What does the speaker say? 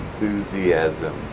enthusiasm